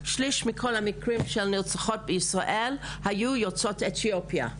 שליש מכל המקרים של נרצחות בישראל היו יוצאות אתיופיה.